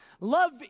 Love